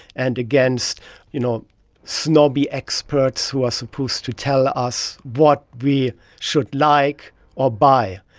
and against you know snobby experts who are supposed to tell us what we should like or buy.